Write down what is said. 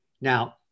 Now